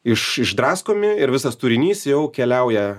iš išdraskomi ir visas turinys jau keliauja